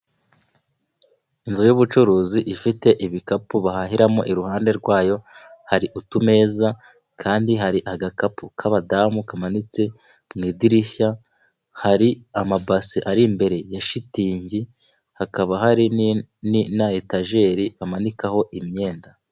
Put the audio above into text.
Inzu y'ubucuruzi ifite ibikapu bahahiramo, iruhande rwayo hari utumeza kandi hari agakapu k'abadamu kamanitse mu idirishya, hari amabasi ari imbere ya shitingi hakaba hari na etageri amanikaho imyenda.